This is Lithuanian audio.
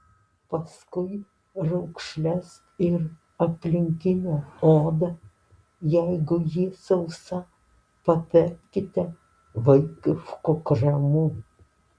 paskui raukšles ir aplinkinę odą jeigu ji sausa patepkite vaikišku kremu